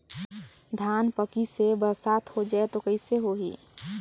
धान पक्की से बरसात हो जाय तो कइसे हो ही?